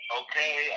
okay